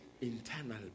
internal